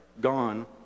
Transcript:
gone